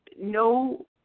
no